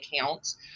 accounts